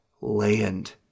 Land